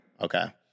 Okay